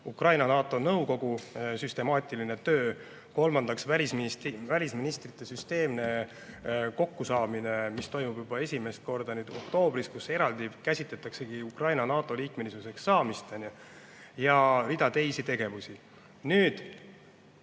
Ukraina-NATO nõukogu süstemaatiline töö; kolmandaks, välisministrite süsteemne kokkusaamine, mis toimub esimest korda juba oktoobris ja kus eraldi käsitletaksegi Ukraina NATO liikmeks saamist, ja rida teisi tegevusi. Ma